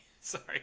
sorry